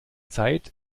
zeit